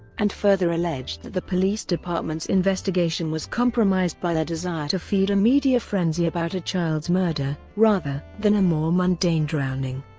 and further alleged that the police department's investigation was compromised by their desire to feed a media frenzy about a child's murder, rather than a more mundane drowning.